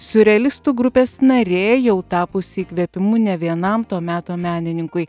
siurrealistų grupės narė jau tapusi įkvėpimu ne vienam to meto menininkui